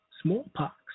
smallpox